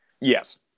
Yes